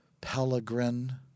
Pellegrin